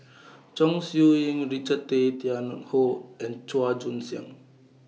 Chong Siew Ying Richard Tay Tian Hoe and Chua Joon Siang